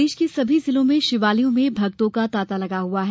प्रदेश के सभी जिलों में शिवालयों में भक्तों का तांता लगा हुआ है